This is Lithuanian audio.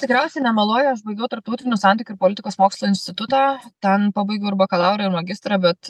tikriausiai nemeluoja aš baigiau tarptautinių santykių ir politikos mokslų institutą ten pabaigiau ir bakalaurą ir magistrą bet